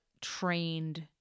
trained